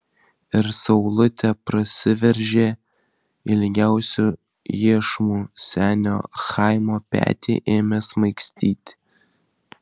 ir saulutė prasiveržė ilgiausiu iešmu senio chaimo petį ėmė smaigstyti